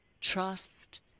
trust